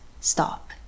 stop